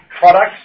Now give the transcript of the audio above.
products